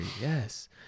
Yes